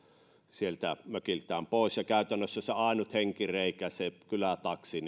sieltä mökiltään pois ja käytännössä se ainut henkireikä se kylätaksi